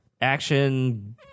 action